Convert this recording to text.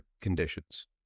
conditions